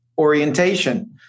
orientation